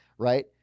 right